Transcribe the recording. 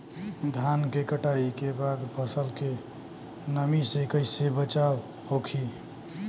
धान के कटाई के बाद फसल के नमी से कइसे बचाव होखि?